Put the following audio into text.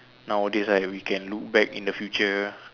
nowadays right we can look back in the future